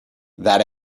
that